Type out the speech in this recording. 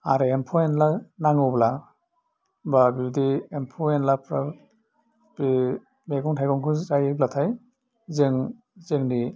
आरो एम्फौ एनला नाङोब्ला बा बिदि एम्फौ एनलाफ्रा बे मैगं थाइगंखौ जायोब्लाथाय जों जोंनि